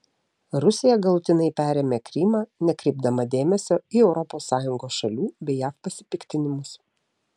rusija galutinai perėmė krymą nekreipdama dėmesio į europos sąjungos šalių bei jav pasipiktinimus